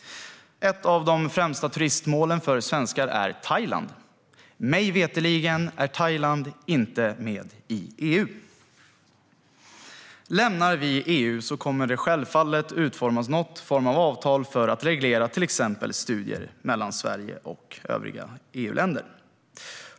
Ett av de främsta turistmålen för svenskar är Thailand. Mig veterligen är Thailand inte med i EU. Lämnar vi EU kommer det självfallet att utformas någon form av avtal för att reglera till exempel studier mellan Sverige och övriga EU-länder.